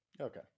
okay